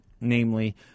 namely